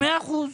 מאה אחוז.